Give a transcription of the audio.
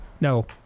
No